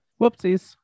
Whoopsies